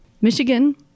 Michigan